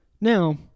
Now